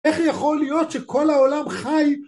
איך יכול להיות שכל העולם חי?